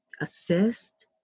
assist